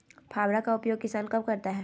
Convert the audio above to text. फावड़ा का उपयोग किसान कब करता है?